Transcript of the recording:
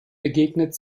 begegnet